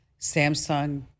Samsung